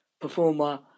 performer